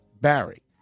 Barry